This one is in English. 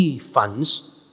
funds